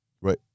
Right